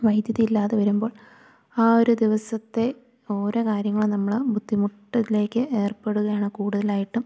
വൈദ്യുതി ഇല്ലാതെ വരുമ്പോൾ ആ ഒര് ദിവസത്തേ ഓരോ കാര്യങ്ങളും നമ്മള് ബുദ്ധിമുട്ടിലേക്ക് ഏർപ്പെടുകയാണ് കൂടുതലായിട്ടും